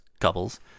couples